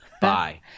Bye